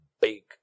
big